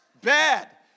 Bad